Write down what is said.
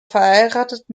verheiratet